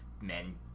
Men